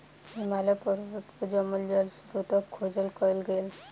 हिमालय पर्वत पर जमल जल स्त्रोतक खोज कयल गेल